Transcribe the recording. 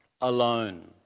alone